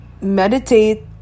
meditate